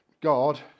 God